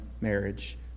marriage